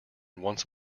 once